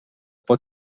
pot